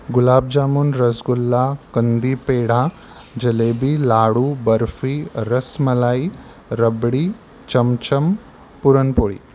गुलाबजामून रसगुल्ला कंदी पेढा जिलेबी लाडू बर्फी रसमलाई रबडी चमचम पुरणपोळी